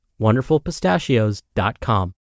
wonderfulpistachios.com